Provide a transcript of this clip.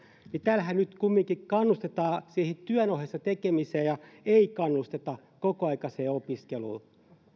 tällähän nyt kumminkin kannustetaan siihen työn ohessa tekemiseen ja ei kannusteta kokoaikaiseen opiskeluun tässä